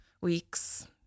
weeks